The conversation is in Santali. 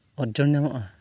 ᱚᱨᱡᱚᱱ ᱧᱟᱢᱚᱜᱼᱟ